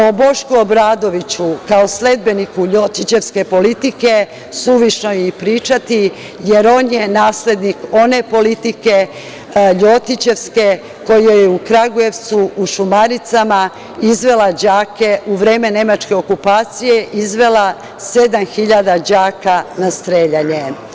O Bošku Obradoviću, kao sledbeniku ljotićevske politike suvišno je i pričati, jer on je naslednik one politike ljotićevske koja je u Kragujevcu, u Šumaricama izvela đake u vreme nemačke okupacije, sedam hiljada đaka na streljanje.